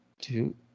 two